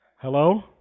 Hello